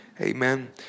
Amen